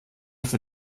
für